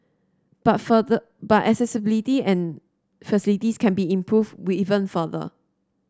but for the but accessibility and facilities can be improved with even further